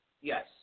Yes